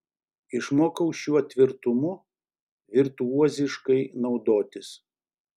išmokau šiuo tvirtumu virtuoziškai naudotis